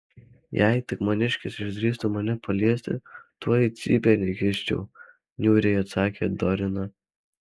jei tik maniškis išdrįstų mane paliesti tuoj cypėn įkiščiau niūriai atsakė dorina